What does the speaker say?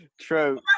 True